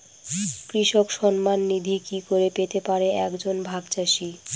কৃষক সন্মান নিধি কি করে পেতে পারে এক জন ভাগ চাষি?